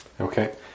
Okay